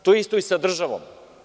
To je isto i sa državom.